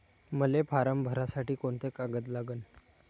मले फारम भरासाठी कोंते कागद लागन?